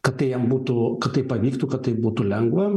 kad tai jam būtų kad tai pavyktų kad tai būtų lengva